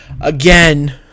again